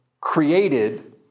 created